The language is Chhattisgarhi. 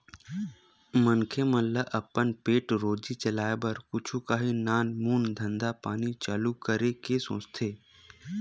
मनखे मन ल अपन पेट रोजी चलाय बर कुछु काही नानमून धंधा पानी चालू करे के सोचथे